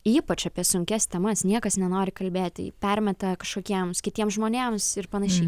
ypač apie sunkias temas niekas nenori kalbėti permeta kažkokiems kitiems žmonėms ir panašiai